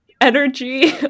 energy